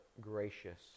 gracious